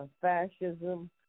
fascism